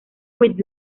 with